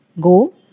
go